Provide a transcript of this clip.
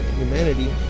humanity